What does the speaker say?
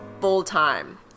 full-time